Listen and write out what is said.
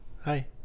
Hi